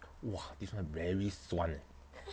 !wah! this [one] very 酸 eh